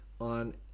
on